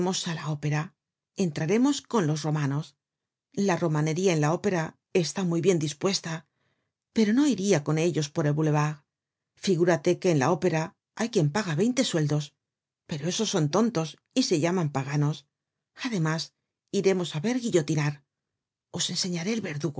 á la ópera entraremos con los romanos la romanería en la ópera está muy bien dispuesta pero no iria con ellos por el boulevard figúrate que en la ópera hay quien paga veinte sueldos pero esos son tontos y se llaman paganos además iremos á ver guillotinar os enseñaré el verdugo